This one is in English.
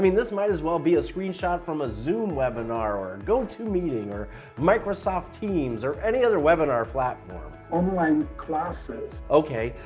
i mean this might as well be a screenshot from a zoom webinar or a and gotomeeting or microsoft teams or any other webinar platform online classes. okay,